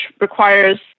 requires